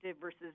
versus